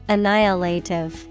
Annihilative